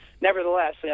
nevertheless